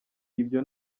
ibyo